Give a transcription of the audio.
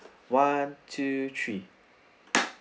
one two three